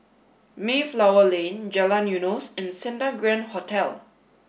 Mayflower Lane Jalan Eunos and Santa Grand Hotel